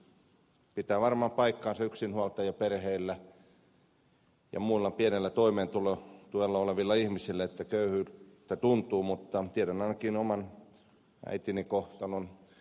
se pitää varmaan paikkansa yksinhuoltajaperheillä ja muilla pienellä toimeentulotuella olevilla ihmisillä että köyhyyttä tuntuu mutta tiedän ainakin oman äitini kohtalon